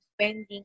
Spending